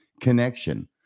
Connection